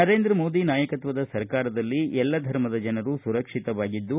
ನರೇಂದ್ರ ಮೋದಿ ನಾಯಕತ್ವದ ಸರ್ಕಾರದಲ್ಲಿ ಎಲ್ಲ ಧರ್ಮದ ಜನರು ಸುರಕ್ಷಿತವಾಗಿದ್ದು